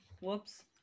Whoops